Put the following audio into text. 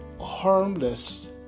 harmless